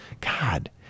God